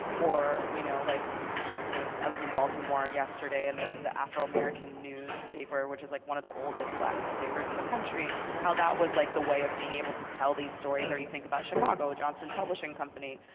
or you know like you know i was in baltimore yesterday, and there was the afro-american newspaper, which was like one of the oldest black newspapers in the country how that was like the way of being able to tell these stories. or you think about chicago johnson publishing company.